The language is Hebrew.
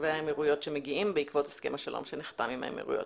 לתושבי האמירויות שמגיעים לכאן בעקבות הסכם השלום שנחתם עם האמירויות.